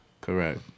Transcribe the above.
Correct